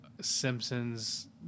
Simpsons